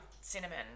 cinnamon